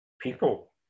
people